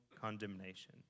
Condemnation